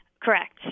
Correct